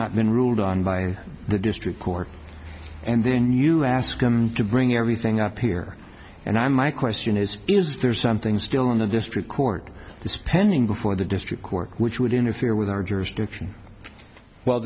not been ruled on by the district court and then you ask them to bring everything up here and i'm my question is is there something still in the district court this pending before the district court which would interfere with our jurisdiction well